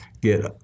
get